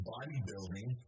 Bodybuilding